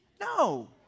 No